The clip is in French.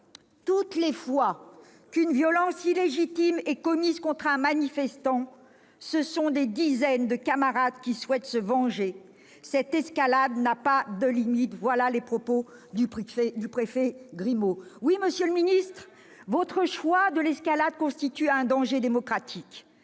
toutes les fois qu'une violence illégitime est commise contre un manifestant, ce sont des dizaines de camarades qui souhaitent se venger. Cette escalade n'a pas de limites. » Voilà les propos du préfet Grimaud ! Eh oui ! Oui, monsieur le ministre, votre choix de l'escalade constitue un danger démocratique.